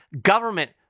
government